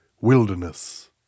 wilderness